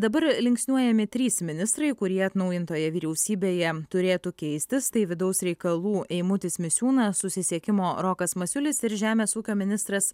dabar linksniuojami trys ministrai kurie atnaujintoje vyriausybėje turėtų keistis tai vidaus reikalų eimutis misiūnas susisiekimo rokas masiulis ir žemės ūkio ministras